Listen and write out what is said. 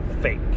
fake